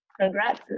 congrats